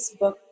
Facebook